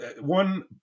one